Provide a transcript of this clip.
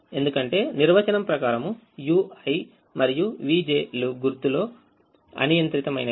ఎందుకంటే నిర్వచనం ప్రకారం uiమరియు vj లు గుర్తులో అనియంత్రిత మైనవి